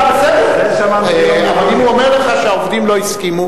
בסדר, אבל אם הוא אומר לך שהעובדים לא הסכימו?